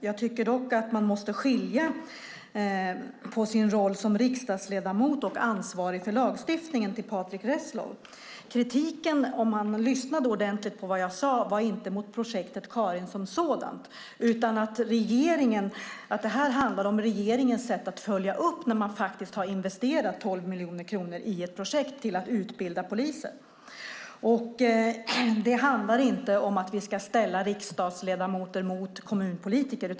Jag tycker dock, Patrick Reslow, att man måste skilja på sin roll som riksdagsledamot och ansvarig för lagstiftningen - om man hade lyssnat ordentligt på vad jag sade hade man hört att min kritik inte var mot Projekt Karin som sådant - och regeringens sätt att följa upp en investering på 12 miljoner kronor i ett projekt för att utbilda poliser. Det handlar inte om att ställa riksdagsledamöter mot kommunpolitiker.